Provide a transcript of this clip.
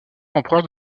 empereur